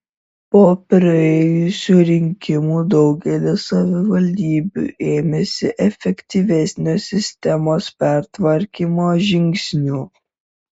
po praėjusių rinkimų daugelis savivaldybių ėmėsi efektyvesnio sistemos pertvarkymo žingsnių